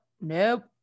Nope